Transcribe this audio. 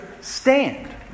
stand